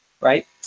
right